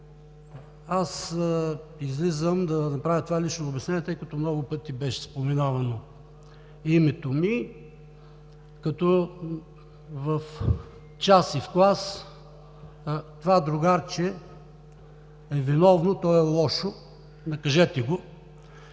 Аз излизам, за да направя това лично обяснение, тъй като много пъти беше споменавано името ми, както в час и в клас: „това другарче е виновно, то е лошо, накажете го“.